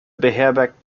beherbergt